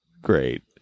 great